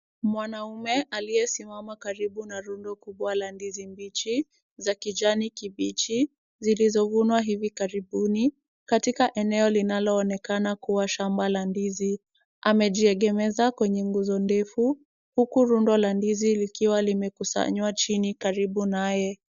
Mwanamume aliyesimama karibu na rundo kubwa la ndizi bichi za kijani kibichi zilizovunwa hivi karibuni katika eneo linaloonekana kuwa shamba la ndizi. Amejiegemeza kwenye nguzo ndefu, huku rundo la ndizi likiwa limekusanywa chini karibu naye.